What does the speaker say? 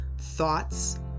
thoughts